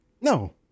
No